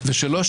והשלישית,